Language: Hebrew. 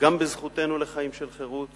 גם בזכותנו לחיים של חירות